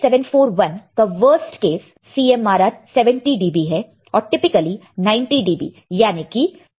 LM741 का worst case CMRR 70 dB है और टिपिकली 90 dB यानी कि 300000 है